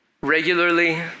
Regularly